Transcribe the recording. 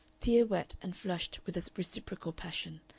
tear-wet and flushed with a reciprocal passion,